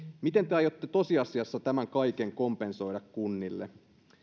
miten te aiotte tosiasiassa tämän kaiken kompensoida kunnille